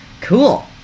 Cool